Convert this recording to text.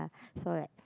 so that